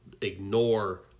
ignore